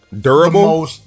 durable